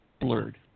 blurred